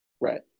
Right